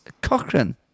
Cochrane